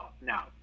Now